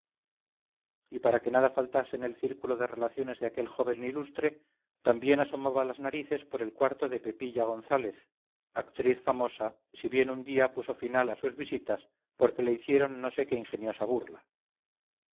y para que nada faltase en el círculo de relaciones de aquel joven ilustre también asomaba las narices por el cuarto de pepilla gonzález actriz famosa si bien un día puso punto final a sus visitas porque le hicieron no sé qué ingeniosa burla